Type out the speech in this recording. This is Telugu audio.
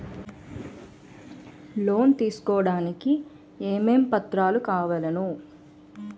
లోన్ తీసుకోడానికి ఏమేం పత్రాలు కావలెను?